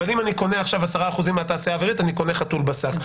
אבל אם הוא קונה עכשיו 10% מהתעשייה האווירית הוא קונה חתול בשוק,